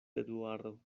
eduardo